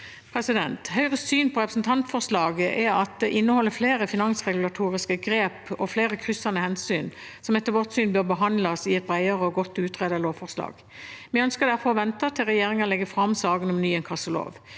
Høyres syn på representantforslaget er at det inneholder flere finansregulatoriske grep og flere kryssende hensyn som etter vårt syn bør behandles i et bredere og godt utredet lovforslag. Vi ønsker derfor å vente til regjeringen legger fram saken om ny inkassolov.